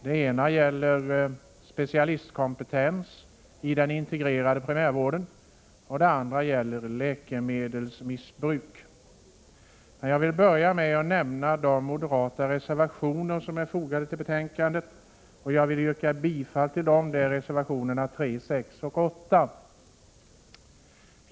Det ena gäller specialistkompetens i den integrerade primärvården, det andra gäller läkemedelsmissbruk. Jag vill börja med att nämna de moderata reservationer som är fogade vid betänkandet och yrkar bifall till dem. Det gäller reservationerna 3, 6 och 8.